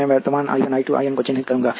मैं वर्तमान I 1 I 2 I N को चिह्नित करूंगा